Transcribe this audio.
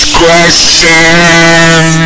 question